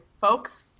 folks